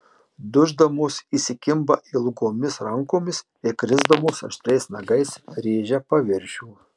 duždamos įsikimba ilgomis rankomis ir krisdamos aštriais nagais rėžia paviršių